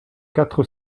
quatre